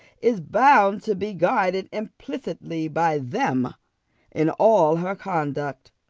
is bound to be guided implicitly by them in all her conduct.